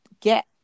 get